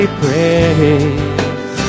praise